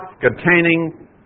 containing